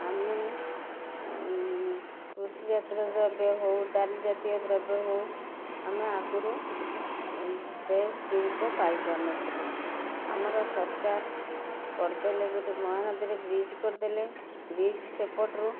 ଆମେ କୃଷିଜାତୀୟ ଦ୍ରବ୍ୟ ହେଉ ଡାଲିଜାତୀୟ ଦ୍ରବ୍ୟ ହେଉ ଆମେ ଆଗରୁ ଫ୍ରେଶ୍ ଜିନିଷ ପାଇପାରୁନଥିଲୁ ଆମର ସରକାର କରିଦେଲେ ଗୋଟେ ମହାନଦୀରେ ବ୍ରିଜ୍ କରିଦେଲେ ବ୍ରିଜ୍ ସେପଟରୁ